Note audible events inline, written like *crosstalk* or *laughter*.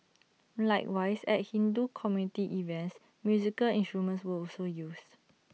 likewise at Hindu community events musical instruments were also used *noise*